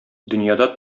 дөньяда